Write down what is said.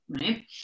right